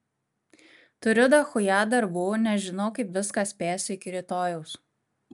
turiu dachuja darbų nežinau kaip viską spėsiu iki rytojaus